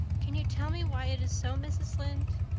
can you tell me why it is so, mrs. lynde?